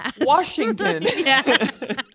Washington